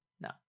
No